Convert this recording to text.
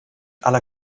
aller